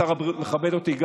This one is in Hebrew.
גם שר הבריאות מכבד אותי.